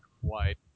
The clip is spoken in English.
white